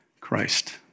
Christ